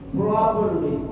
properly